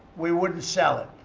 we wouldn't sell it.